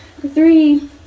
Three